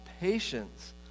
patience